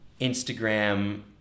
instagram